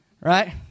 Right